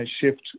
shift